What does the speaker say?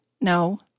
No